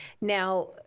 Now